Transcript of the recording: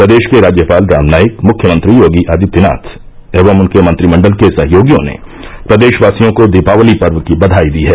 प्रदेश के राज्यपाल राम नाईक मुख्यमंत्री योगी आदित्यनाथ एवं उनके मंत्रिमण्डल के सहयोगियो ने प्रदेशवासियों को दीपावली पर्व की बधाई दी है